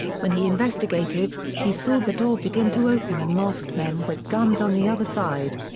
when he investigated, he saw the door begin to open and masked men with guns on the other side.